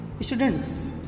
Students